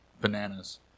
Bananas